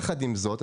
יחד עם זאת,